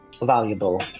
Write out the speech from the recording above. valuable